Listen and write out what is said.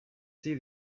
see